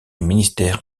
ministère